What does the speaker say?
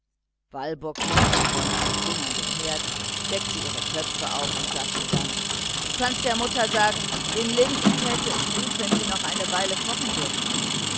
walburg nickte freundlich ging an den herd deckte ihre töpfe auf und sagte dann du kannst der mutter sagen den linsen täte es gut wenn sie noch eine weile kochen dürften